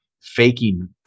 Faking